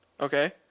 okay